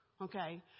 okay